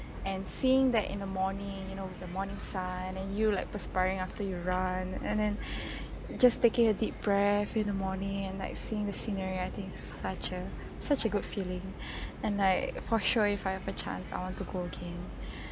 and seeing that in the morning you know with the morning sun and you like perspiring after you run and then just take it a deep breath in the morning and like seeing the scenery I think it's such a such a good feeling and like for sure if I have a chance I want to go again